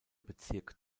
bezirk